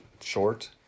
short